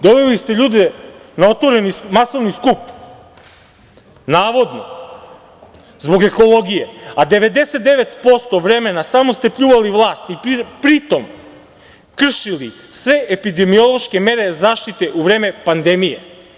Doveli ste ljude na otvoreni masovni skup, navodno zbog ekologije, a 99% vremena samo ste pljuvali vlast i pri tom kršili sve epidemiološke mere zaštite u vreme pandemije.